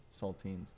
saltines